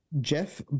Jeff